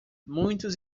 muitos